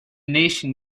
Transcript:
nation